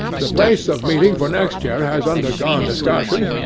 the place of meeting for next year has undergone discussion,